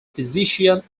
physician